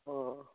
অঁ